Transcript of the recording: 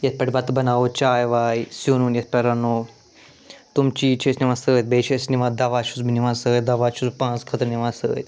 یَتھ پٮ۪ٹھ بَتہٕ بناوُو چاے واے سیٛن ویٛن یَتھ پٮ۪ٹھ رَنو تِم چیٖز چھِ أسۍ نِوان سۭتۍ بیٚیہِ چھِ أسۍ نِوان دوا چھُس بہٕ نِوان سۭتۍ دوا چھُس بہٕ پانَس خٲطرٕ نِوان سۭتۍ